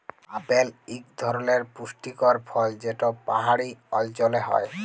apple ইক ধরলের পুষ্টিকর ফল যেট পাহাড়ি অল্চলে হ্যয়